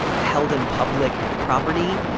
held in public property.